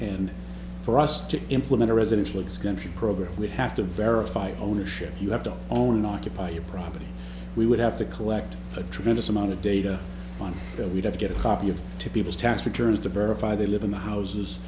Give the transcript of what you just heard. and for us to implement a residential extension program we have to verify ownership you have to own and occupy your property we would have to collect a tremendous amount of data on that we'd have to get a copy of to people's tax returns to verify they live in the house